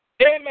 amen